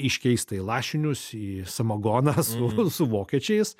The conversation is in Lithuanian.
iškeista į lašinius į samagoną su su vokiečiais